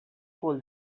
cul